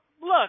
look